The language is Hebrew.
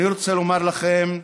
אני רוצה לומר לכם,